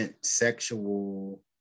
sexual